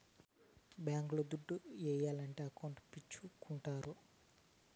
bank లో దుడ్లు ఏయాలంటే అకౌంట్ సేపిచ్చుకుంటారు